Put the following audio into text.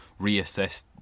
reassess